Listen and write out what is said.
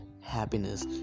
happiness